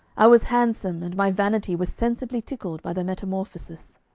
i was handsome, and my vanity was sensibly tickled by the metamorphosis.